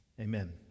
Amen